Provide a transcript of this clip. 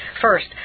First